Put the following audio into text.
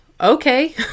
okay